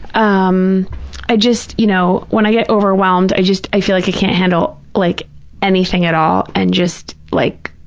um i just, you know, when i get overwhelmed, i just, i feel like i can't handle like anything at all and just like,